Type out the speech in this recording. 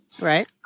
Right